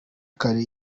kare